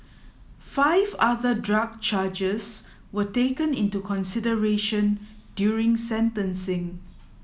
five other drug charges were taken into consideration during sentencing